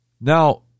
Now